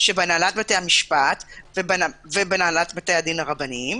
שבהנהלת בתי המשפט והנהלת בתי הדין הרבניים